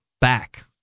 Back